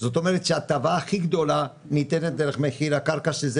זאת אומרת שההטבה הכי גדולה ניתנת דרך מחיר הקרקע שזה